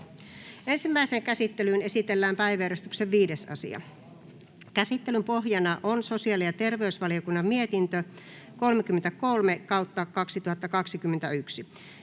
Ensimmäiseen käsittelyyn esitellään päiväjärjestyksen 4. asia. Käsittelyn pohjana on sivistysvaliokunnan mietintö SiVM